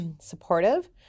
supportive